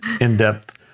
in-depth